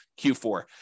Q4